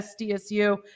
SDSU